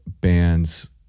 bands